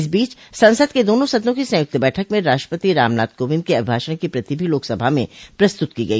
इस बीच संसद के दोनों सदनों की संयुक्त बैठक में राष्ट्रपति रामनाथ कोविंद के अभिभाषण की प्रति भी लोकसभा में प्रस्तुत की गई